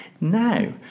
Now